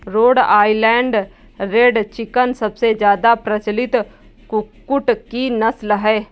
road Island red chicken सबसे ज्यादा प्रचलित कुक्कुट की नस्ल है